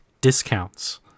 discounts